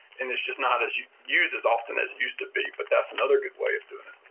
and it's just not as you use as often as used to be, but that's another good way of doing it.